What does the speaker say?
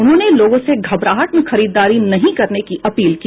उन्होंने लोगों से घबराहट में खरीदारी नहीं करने की अपील की